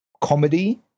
comedy